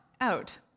out